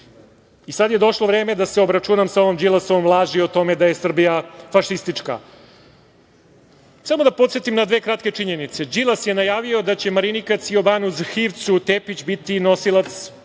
Sada je došlo vreme dase obračunam sa ovom Đilasovom laži o tome da je Srbija fašistička. Samo da podsetim na dve kratke činjenice. Đilas je najavio da će Marinikac Jovanoz Hivcu Tepić biti nosilac